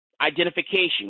identification